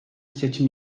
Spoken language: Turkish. seçim